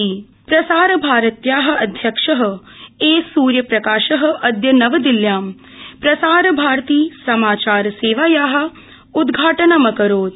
प्रसार भारती प्रसारभारत्या अध्यक्ष ए स्र्यप्रकाश अद्य नवदिल्ल्यां प्रसार भारती समाचार सेवाया उद्घाटनम् अकरोत्